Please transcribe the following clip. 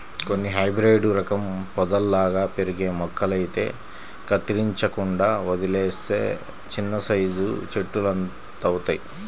కొన్ని హైబ్రేడు రకం పొదల్లాగా పెరిగే మొక్కలైతే కత్తిరించకుండా వదిలేత్తే చిన్నసైజు చెట్టులంతవుతయ్